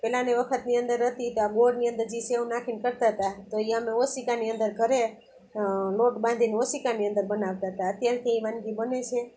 પહેલાંની વખતની અંદર હતી તો આ ગોળની અંદર જે સેવ નાખીને કરતાં ગતાં તો એ અમે ઓશિકાની અંદર ઘરે લોટ બાંધીને ઓશિકાની અંદર બનાવતા હતા અત્યારે તે એ વાનગી બને છે